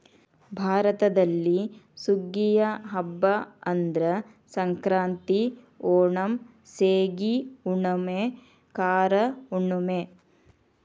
ಭಾರತದಲ್ಲಿ ಸುಗ್ಗಿಯ ಹಬ್ಬಾ ಅಂದ್ರ ಸಂಕ್ರಾಂತಿ, ಓಣಂ, ಸೇಗಿ ಹುಣ್ಣುಮೆ, ಕಾರ ಹುಣ್ಣುಮೆ